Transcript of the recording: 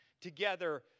together